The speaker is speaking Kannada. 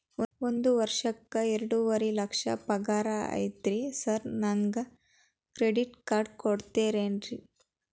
ಒಂದ್ ವರ್ಷಕ್ಕ ಎರಡುವರಿ ಲಕ್ಷ ಪಗಾರ ಐತ್ರಿ ಸಾರ್ ನನ್ಗ ಕ್ರೆಡಿಟ್ ಕಾರ್ಡ್ ಕೊಡ್ತೇರೆನ್ರಿ?